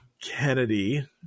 Kennedy